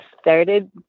started